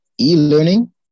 e-learning